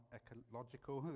ecological